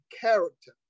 character